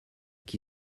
qui